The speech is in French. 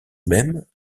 même